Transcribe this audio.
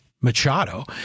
Machado